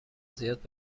زیاد